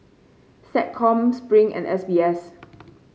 SecCom Spring and S B S